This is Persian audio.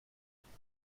تعویض